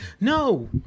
No